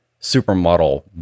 supermodel